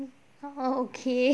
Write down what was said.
oh okay